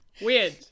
Weird